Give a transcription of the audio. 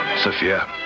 Sophia